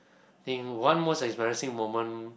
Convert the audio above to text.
I think one most embarrassing moment